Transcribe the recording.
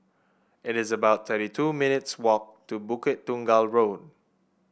it is about thirty two minutes' walk to Bukit Tunggal Road